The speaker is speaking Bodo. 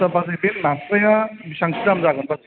आस्सा बाजै बे नास्राइया बेसेबांसो दाम जागोन बाजै